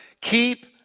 keep